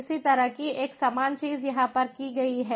इसी तरह की एक समान चीज़ यहाँ पर की गई है